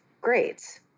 great